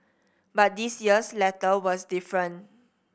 but this year's letter was different